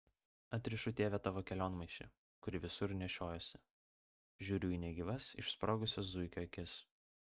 atrišu tėve tavo kelionmaišį kurį visur nešiojuosi žiūriu į negyvas išsprogusias zuikio akis